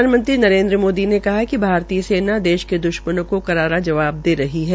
प्रधानमंत्री नरेन्द मोदी ने कहा है कि भारतीय सेना देश के द्रशमनों को करारा जवाब दे रही है